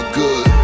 good